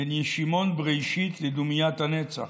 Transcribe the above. / בין ישימון בראשית לדומיית הנצח,